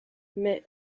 mais